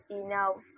enough